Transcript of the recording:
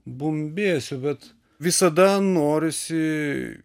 bumbėsiu bet visada norisi